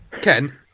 Ken